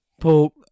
Paul